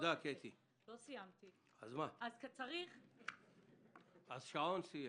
שני